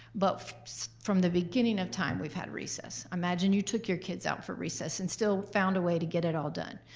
but from the beginning of time, we've had recess. imagine you took your kid out for recess and still found a way to get it all done.